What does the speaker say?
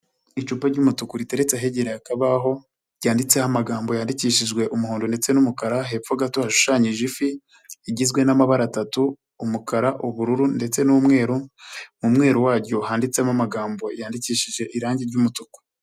Icupa ry'umutuku riteretse ahegereye akabaho ryanditseho amagambo yandikishijwe umuhondo ndetse n'umukara hepfo gato yashushanyije ifi: igizwe n'amabara atatu umukara, ubururu ndetse n'umweru; mu mwero waryo handitsemo amagambo yandikishije irangi ry'umutuku.